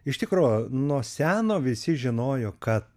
iš tikro nuo seno visi žinojo kad